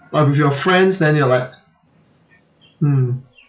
but with your friends then you're like mm